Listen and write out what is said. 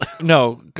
No